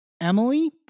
Emily